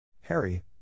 Harry